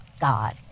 God